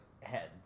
head